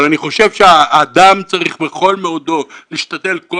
אבל אני חושב שאדם צריך בכל מאודו להשתדל כל